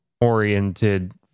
oriented